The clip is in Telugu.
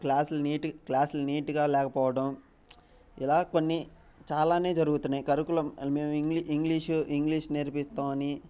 క్లాసులు నీట్ క్లాసులు నీట్గా లేకపోవడం ఇలా కొన్ని చాలా జరుగుతున్నాయి కరికులం మేము ఇంగ్షీషు ఇంగ్షీష్ నేర్పిస్తామని